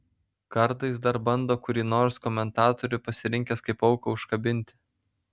kartais dar bando kurį nors komentatorių pasirinkęs kaip auką užkabinti